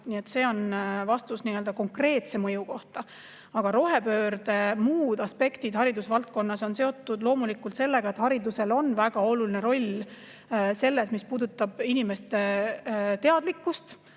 See on vastus konkreetse mõju kohta. Aga rohepöörde muud aspektid haridusvaldkonnas on seotud loomulikult sellega, et haridusel on väga oluline roll selles, mis puudutab inimeste teadlikkust,